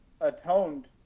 atoned